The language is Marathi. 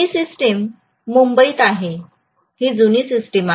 ही सिस्टीम मुंबईत आहे ही जुनी सिस्टीम आहे